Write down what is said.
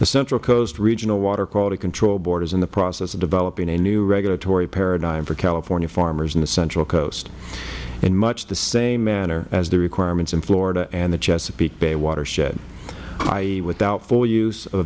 the central coast regional water quality control board is in the process of developing a new regulatory paradigm for california farmers in the central coast in much the same manner as the requirements in florida and the chesapeake bay watershed i e without full use of